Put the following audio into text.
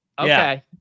Okay